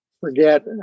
forget